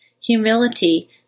Humility